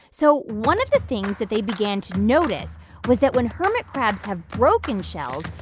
so one of the things that they began to notice was that when hermit crabs have broken shells,